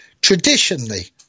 traditionally